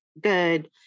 good